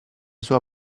sua